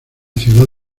ciudad